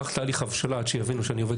לקח תהליך הבשלה עד שיבינו שאני עובד